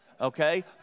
okay